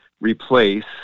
replace